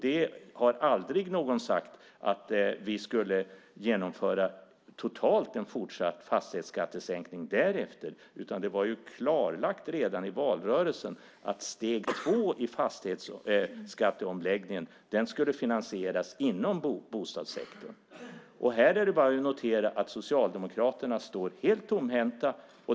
Det är aldrig någon som har sagt att vi skulle genomföra en fortsatt fastighetsskattesänkning därefter, utan det var klarlagt redan i valrörelsen att steg två i fastighetsskatteomläggningen skulle finansieras inom bostadssektorn. Här är det bara att notera att Socialdemokraterna står helt tomhänta.